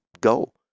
go